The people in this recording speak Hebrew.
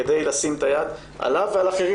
כדי לשים את היד עליו ועל אחרים,